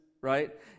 right